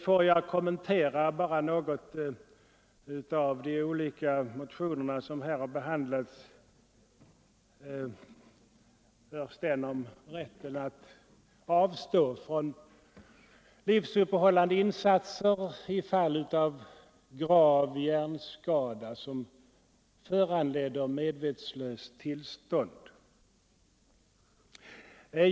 Låt mig kommentera de motioner som här har behandlats — först den om rätten att avstå från livsuppehållande insatser i fall av grav hjärnskada som föranleder medvetslöst tillstånd.